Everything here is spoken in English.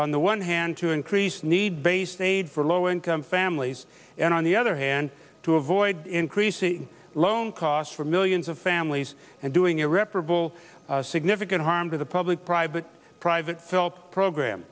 on the one hand to increase need based aid for low income families and on the other hand to avoid increase the loan costs for millions of families and doing irreparable significant harm to the public private private help program